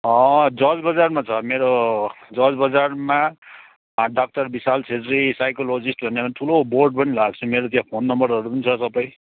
George बजारमा छ मेरो जर्ज बजारमा डक्टर विशाल छेत्री साइकोलोजिस्ट भनेर ठुलो बोर्ड पनि लगाएको छु मेरो त्यहाँ फोन नम्बरहरू पनि छ सबै